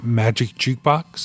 magicjukebox